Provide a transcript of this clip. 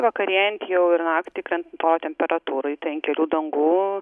vakarėjant jau ir naktį krentant oro temperatūrai tai ant kelių dangų